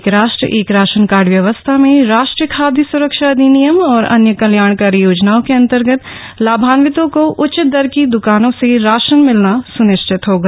एक राष्ट्र एक राशन कार्ड व्यवस्था में राष्ट्रीय खादय स्रक्षा अधिनियम और अन्य कल्याणकारी योजनाओं के अन्तर्गत लाभान्वितों को उचित दर की द्कानों से राशन मिलना स्निश्चित होगा